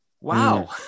wow